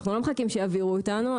אנחנו לא מחכים שיעבירו אותנו.